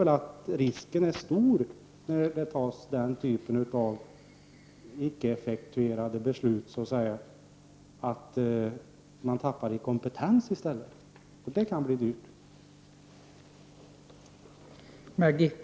När man får denna typ av icke effektuerade beslut är risken stor att man förlorar kompetens i stället, vilket kan bli dyrt.